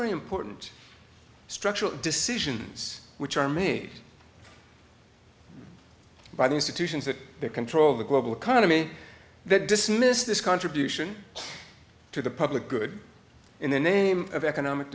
very important structural decisions which are me by the institutions that control the global economy that dismiss this contribution to the public good in the name of economic